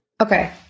Okay